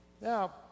Now